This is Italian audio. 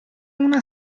una